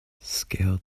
scaled